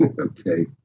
okay